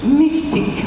mystic